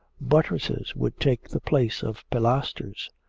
buttresses would take the place of pilasters.